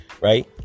right